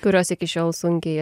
kurios iki šiol sunkiai